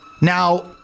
Now